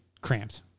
cramped